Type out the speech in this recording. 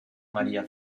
maría